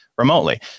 Remotely